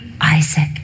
Isaac